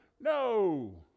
No